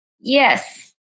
yes